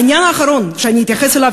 העניין האחרון שאני אתייחס אליו,